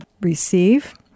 receive